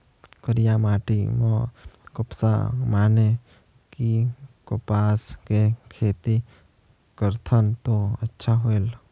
करिया माटी म कपसा माने कि कपास के खेती करथन तो अच्छा होयल?